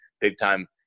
big-time